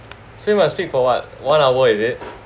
same as speak for what one hour is it